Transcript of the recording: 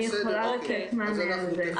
אני יכולה לתת מענה על זה.